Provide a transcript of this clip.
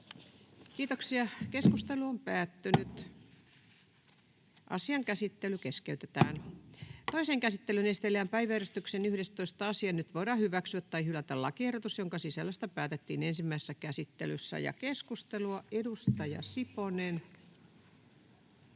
lain 12 ja 16 §:n muuttamisesta Time: N/A Content: Toiseen käsittelyyn esitellään päiväjärjestyksen 11. asia. Nyt voidaan hyväksyä tai hylätä lakiehdotus, jonka sisällöstä päätettiin ensimmäisessä käsittelyssä. — Keskustelua. Edustaja Siponen.